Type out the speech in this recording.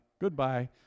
Goodbye